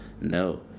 no